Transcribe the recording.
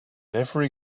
every